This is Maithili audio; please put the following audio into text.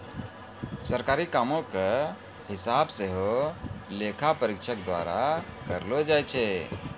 सरकारी कामो के हिसाब सेहो लेखा परीक्षक द्वारा करलो जाय छै